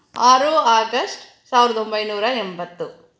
ಆರು ಆಗಸ್ಟ್ ಸಾವಿರದ ಒಂಬೈನೂರ ಎಂಬತ್ತು